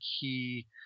key